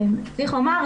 צריך לומר,